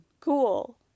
cool